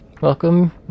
welcome